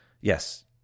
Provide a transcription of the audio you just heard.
Yes